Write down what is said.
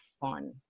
fun